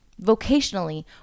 vocationally